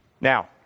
Now